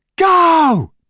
Go